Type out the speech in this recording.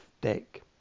Deck